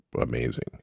amazing